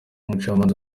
umucamanza